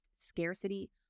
scarcity